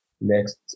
next